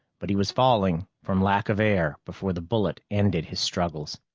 but he was falling from lack of air before the bullet ended his struggles.